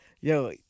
Yo